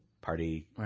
party